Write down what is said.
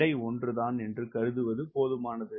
எடை ஒன்றுதான் என்று கருதுவது போதுமானது